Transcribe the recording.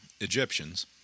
Egyptians